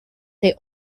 they